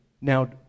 now